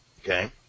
okay